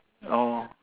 oh